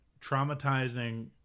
traumatizing